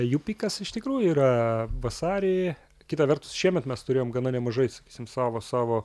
jų pikas iš tikrųjų yra vasarį kita vertus šiemet mes turėjom gana nemažai sakysim savo savo